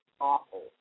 awful